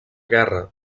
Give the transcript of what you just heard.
guerra